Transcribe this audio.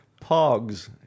Pogs